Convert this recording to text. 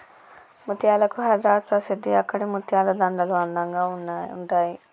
ముత్యాలకు హైదరాబాద్ ప్రసిద్ధి అక్కడి ముత్యాల దండలు అందంగా ఉంటాయి